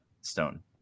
stone